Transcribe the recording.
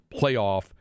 playoff